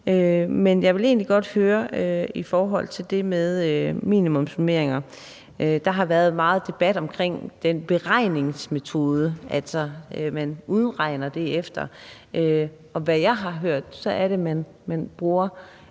Men jeg vil egentlig godt høre om det med minimumsnormeringer. Der har været meget debat omkring den beregningsmetode, som man udregner det efter. Og efter hvad jeg har hørt, er det sådan, at det